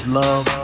love